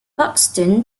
buxton